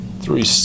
Three